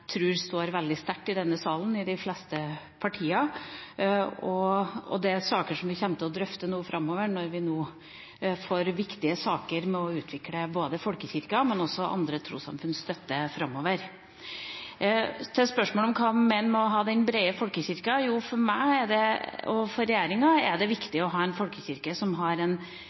står veldig sterkt i de fleste partier i denne salen, og det er saker som vi kommer til å drøfte framover når vi nå får viktige saker med å utvikle folkekirken og også andre trossamfunns støtte. Til spørsmålet om hva en mener med å ha den brede folkekirken: For meg og regjeringa er det viktig å ha en folkekirke som har en